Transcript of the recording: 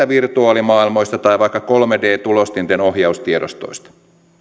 virtuaalimaailmoista tai vaikka kolme d tulostinten ohjaustiedostoista